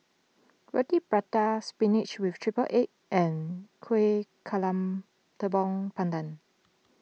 Roti Prata Spinach with Triple Egg and Kueh Talam Tepong Pandan